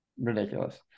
Ridiculous